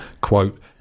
Quote